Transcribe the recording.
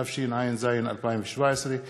התשע"ז 2017,